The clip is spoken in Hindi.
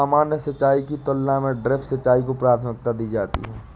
सामान्य सिंचाई की तुलना में ड्रिप सिंचाई को प्राथमिकता दी जाती है